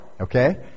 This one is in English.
okay